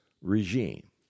regime